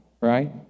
right